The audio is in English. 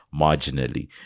marginally